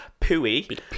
pooey